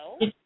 No